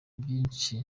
byinshi